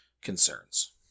concerns